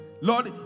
Lord